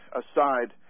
aside